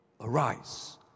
Arise